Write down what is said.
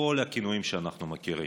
כל הכינויים שאנחנו מכירים,